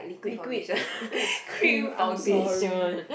liquid liquid scream I am sorry